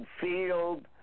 field